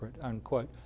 unquote